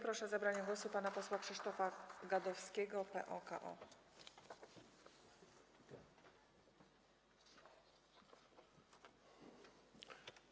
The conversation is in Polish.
Proszę o zabranie głosu pana posła Krzysztofa Gadowskiego, PO-KO.